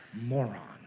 moron